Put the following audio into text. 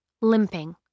limping